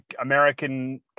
american